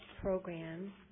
program